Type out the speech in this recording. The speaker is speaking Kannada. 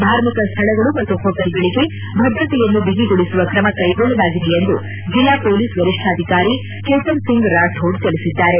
ಧಾರ್ಮಿಕ ಸ್ಥಳಗಳು ಮತ್ತು ಹೊಟೀಲ್ಗಳಿಗೆ ಭದ್ರತೆಯನ್ನು ಬಿಗಿಗೊಳಿಸುವ ಕ್ರಮ ಕೈಗೊಳ್ಳಲಾಗಿದೆ ಎಂದು ಜಿಲ್ಲಾ ಪೊಲೀಸ್ ವರಿಷ್ಣಾಧಿಕಾರಿ ಚೇತನ್ ಸಿಂಗ್ ರಾಥೋಡ್ ತಿಳಿಸಿದ್ದಾರೆ